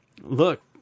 look